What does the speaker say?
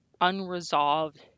unresolved